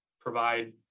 Provide